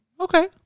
okay